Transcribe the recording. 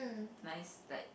nice like